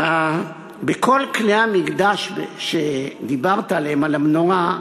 מכל כלי המקדש שדיברת עליהם, על המנורה,